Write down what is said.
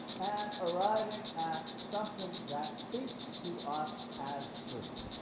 and arriving at something that speaks to us as true.